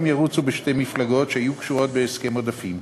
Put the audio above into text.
ירוצו בשתי מפלגות שיהיו קשורות בהסכם עודפים.